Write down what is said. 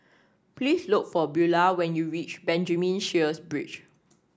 Please look for Beulah when you reach Benjamin Sheares Bridge